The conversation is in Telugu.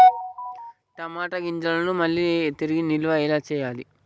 టమాట గింజలను మళ్ళీ తిరిగి నిల్వ ఎలా చేయాలి?